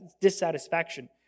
dissatisfaction